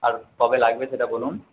আর কবে লাগবে সেটা বলুন